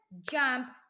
jump